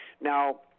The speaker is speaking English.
Now